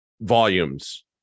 volumes